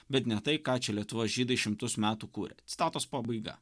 bet ne tai ką čia lietuvos žydai šimtus metų kūrė citatos pabaiga